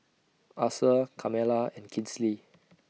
Asa Carmela and Kinsley